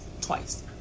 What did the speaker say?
twice